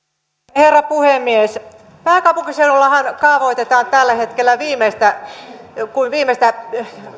herra puhemies pääkaupunkiseudullahan kaavoitetaan tällä hetkellä kuin viimeistä